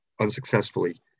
unsuccessfully